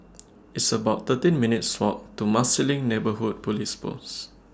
It's about thirteen minutes' Walk to Marsiling Neighbourhood Police Post